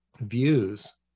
views